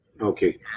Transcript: Okay